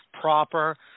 proper